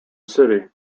city